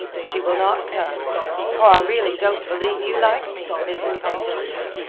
she will not come for i really don't believe you like me, mrs. pontellier.